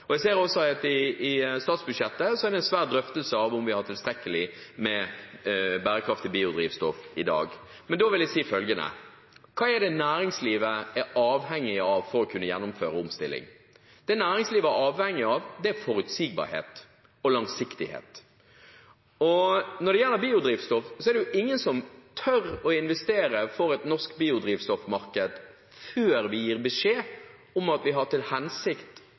Jeg ser også at i statsbudsjettet er det en svær drøftelse av om vi har tilstrekkelig med bærekraftig biodrivstoff i dag. Men da vil jeg si følgende: Hva er det næringslivet er avhengig av for å kunne gjennomføre omstilling? Det næringslivet er avhengig av, er forutsigbarhet og langsiktighet, og når det gjelder biodrivstoff, er det jo ingen som tør å investere for et norsk biodrivstoffmarked før vi gir beskjed om at vi har til hensikt